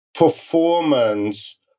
Performance